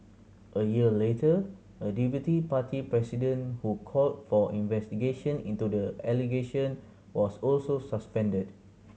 a year later a deputy party president who called for investigation into the allegation was also suspended